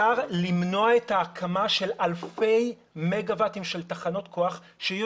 את ההקמה של אלפי מגה-ואטים של תחנות כוח שיהיו